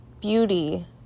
beauty